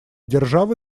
державы